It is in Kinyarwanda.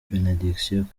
benediction